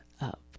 up